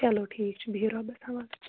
چلو ٹھیٖک چھُ بِہِو رۄبَس حوال